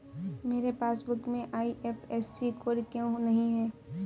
मेरे पासबुक में IFSC code क्यो नहीं है?